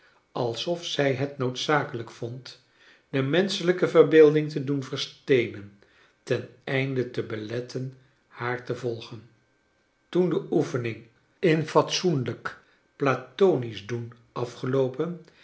alsof zij het noodzakelijk vond de menschelijke verbeelding te doen versteenen ten einde te beletten haar te volgen toen de oefening in fatsoenlijk platonisch doen